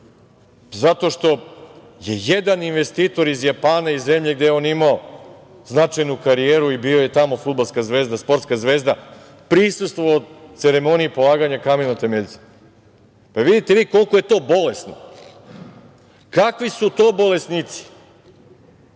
zato što je jedan investitor iz Japana, iz zemlje gde je on imao značajnu karijeru i bio je tamo fudbalska zvezda, sportska zvezda, prisustvovao ceremoniji polaganja kamena temeljca. Pa, vidite vi koliko je to bolesno. Kakvi su to bolesnici?